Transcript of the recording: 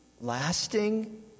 lasting